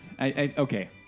okay